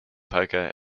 poker